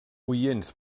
oients